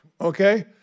okay